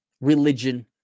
religion